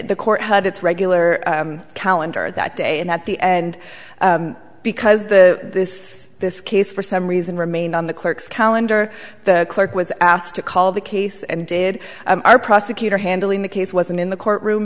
the court had its regular calendar that day and that the and because the this case for some reason remained on the clerk's calendar the clerk was asked to call the case and did our prosecutor handling the case wasn't in the courtroom